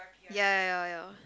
ya ya ya ya